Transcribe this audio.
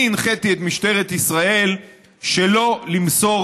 אני הנחיתי את משטרת ישראל שלא למסור